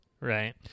Right